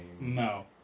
no